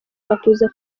makuza